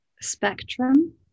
Spectrum